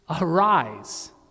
arise